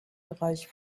bereich